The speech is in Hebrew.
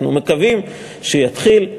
אנחנו מקווים שיתחיל.